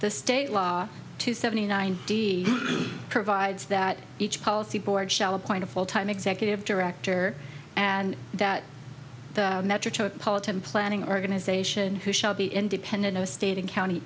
the state law to seventy nine d provides that each policy board shall appoint a full time executive director and that metropolitan planning organization who shall be independent of state and county